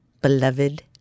Beloved